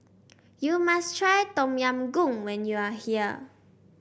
you must try Tom Yam Goong when you are here